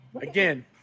again